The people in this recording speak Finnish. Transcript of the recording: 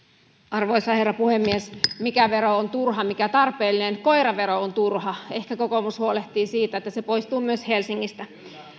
arvoisa herra puhemies mikä vero on turha mikä tarpeellinen koiravero on turha ehkä kokoomus huolehtii siitä että se poistuu myös helsingistä